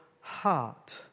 heart